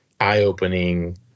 eye-opening